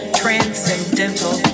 transcendental